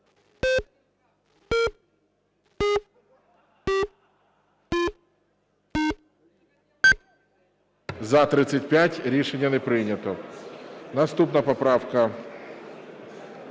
За-35 Рішення не прийнято. Наступна поправка